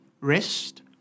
rest